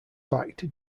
backed